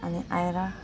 अनि आएर